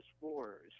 wars